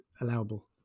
allowable